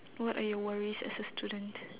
what are your worries as a student